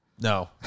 No